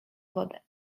wodę